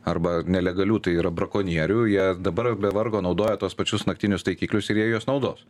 arba nelegalių tai yra brakonierių jie dabar be vargo naudoja tuos pačius naktinius taikiklius ir jie juos naudos